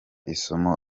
isomo